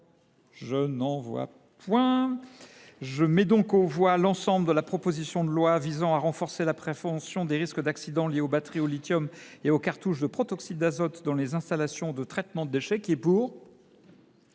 le texte de la commission, modifié, l’ensemble de la proposition de loi visant à renforcer la prévention des risques d’accidents liés aux batteries au lithium et aux cartouches de protoxyde d’azote dans les installations de traitement de déchets. La parole